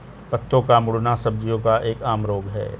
पत्तों का मुड़ना सब्जियों का एक आम रोग है